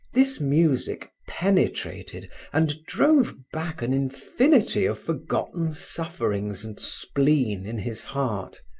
this music penetrated and drove back an infinity of forgotten sufferings and spleen in his heart.